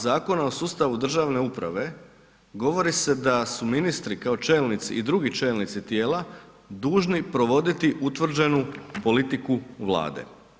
Zakona o sustavu državne uprave govori se da su ministri kao čelnici i drugi čelnici tijela dužni provoditi utvrđenu politiku Vlade.